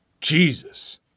Jesus